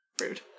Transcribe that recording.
Rude